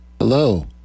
Hello